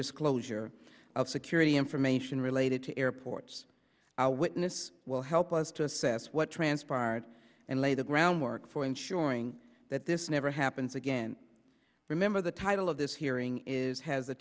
disclosure of security information related to airports our witness will help us to assess what transpired and lay the groundwork for ensuring that this never happens again remember the title of this hearing is has the